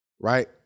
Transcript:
right